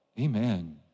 Amen